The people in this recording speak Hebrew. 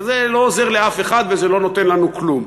זה לא עוזר לאף אחד וזה לא נותן לנו כלום,